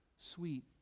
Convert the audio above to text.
Sweet